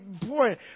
boy